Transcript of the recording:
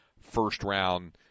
first-round